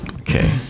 Okay